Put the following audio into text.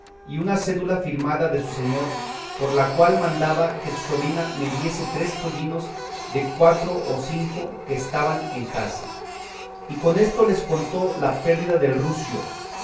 y una cédula firmada de su señor por la cual mandaba que su sobrina me diese tres pollinos de cuatro o cinco que estaban en casa y con esto les contó la pérdida del rucio